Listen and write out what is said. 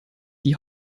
die